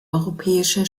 europäische